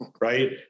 right